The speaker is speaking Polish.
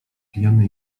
pijany